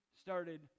started